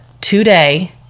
Today